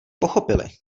pochopili